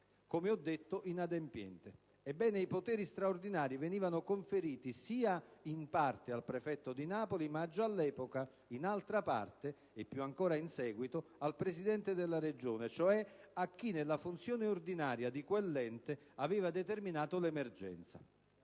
una comunità locale. Ebbene, i poteri straordinari venivano conferiti in parte al prefetto di Napoli, ma già all'epoca, in altra parte, e più ancora in seguito, al Presidente della Regione, cioè a chi nella funzione ordinaria di quell'ente aveva determinato l'emergenza.